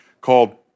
called